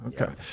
okay